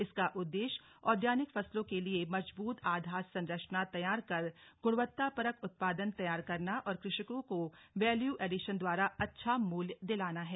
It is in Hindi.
इसका उददेश्य औद्यानिक फसलों के लिए मजबूत आधार संरचना तैयार कर गुणवत्ता परक उत्पादन तैयार करना और कृषकों को वैल्यू एडिसन द्वारा अच्छा मूल्य दिलाना है